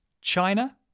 China